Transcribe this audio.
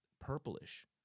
purplish